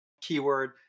keyword